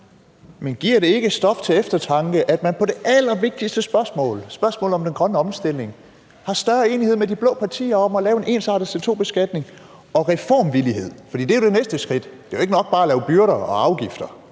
Men giver det ikke stof til eftertanke, at man på det allervigtigste spørgsmål, spørgsmålet om den grønne omstilling, har større enighed med de blå partier om at lave en ensartet CO2-beskatning – og om reformvillighed. For det er jo det næste skridt. Det er ikke nok bare at lave byrder og afgifter.